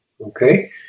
Okay